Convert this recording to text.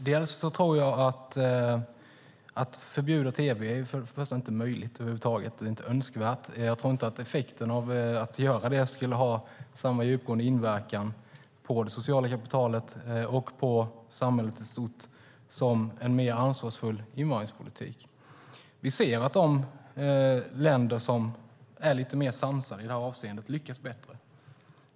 Herr talman! Att förbjuda tv är varken möjligt eller önskvärt. Jag tror inte att effekten av att göra det skulle ha samma djupgående inverkan på det sociala kapitalet och samhället i stort som en mer ansvarsfull invandringspolitik. Vi ser att de länder som är mer sansade i detta avseende lyckas bättre.